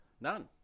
None